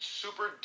super